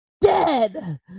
dead